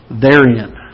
therein